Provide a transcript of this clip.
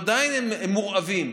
ועדיין הם מורעבים,